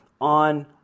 on